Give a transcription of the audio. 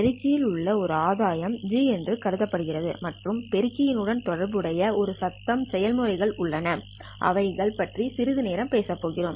பெருக்கி யின் உள்ள ஒரு ஆதாயம் G என்று கருதப்படுகிறது மற்றும் பெருக்கியின் உடன் தொடர்புடைய சில சத்தம் செயல்முறைகள் உள்ளன அவைகளைப் பற்றி சிறிது நேரம் பேசப் போகிறோம்